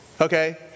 Okay